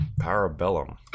Parabellum